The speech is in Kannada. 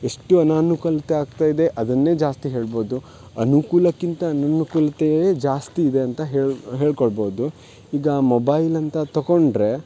ಎಷ್ಟು ಅನನುಕೂಲ್ತೆ ಆಗ್ತಾ ಇದೆ ಅದನ್ನೇ ಜಾಸ್ತಿ ಹೇಳ್ಬೌದು ಅನುಕೂಲಕ್ಕಿಂತ ಅನನುಕೂಲತೆಯೇ ಜಾಸ್ತಿ ಇದೆ ಅಂತ ಹೇಳಿ ಹೇಳಿಕೊಳ್ಬೌದು ಈಗ ಮೊಬೈಲ್ ಅಂತ ತಕೊಂಡರೆ